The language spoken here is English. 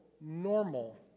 normal